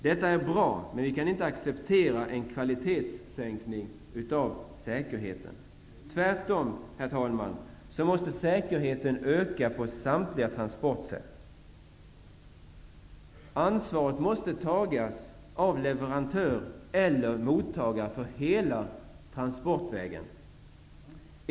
Detta är bra, men vi kan inte acceptera en sänkning av kvaliteten på säkerheten. Tvärtom, herr talman, måste säkerheten öka för samtliga tranportsätt. Ansvaret måste tas av leverantör eller mottagare för hela transportvägen.